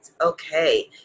okay